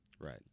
right